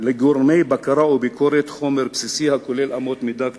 לגורמי בקרה וביקורת חומר בסיסי הכולל אמות מידה כתובות,